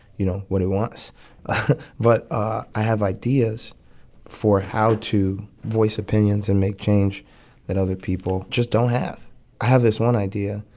you know, what he wants but ah i have ideas for how to voice opinions and make change that other people just don't have. i have this one idea.